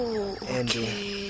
okay